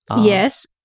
Yes